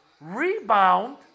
rebound